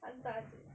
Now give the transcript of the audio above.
hantar jer